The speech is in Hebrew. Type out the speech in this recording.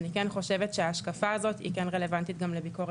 אני כן חושבת שההשקפה הזאת היא רלוונטית גם לביקורת